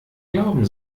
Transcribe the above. glauben